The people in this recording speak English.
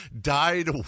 Died